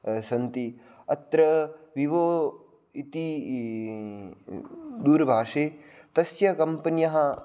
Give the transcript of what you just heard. सन्ति अत्र विवो इति दूरभाषे तस्य कम्पन्यः